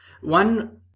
One